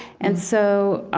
and so, ah